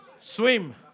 Swim